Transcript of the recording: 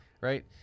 Right